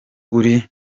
uri